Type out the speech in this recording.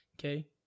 okay